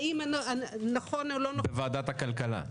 בוועדת הכלכלה.